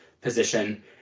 position